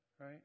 right